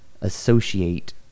associate